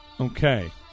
Okay